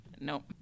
Nope